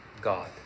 God